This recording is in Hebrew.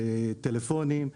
בטלפונים,